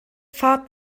fahrt